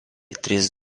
tris